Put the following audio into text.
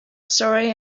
surrey